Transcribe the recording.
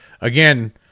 again